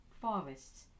forests